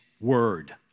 word